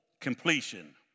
completion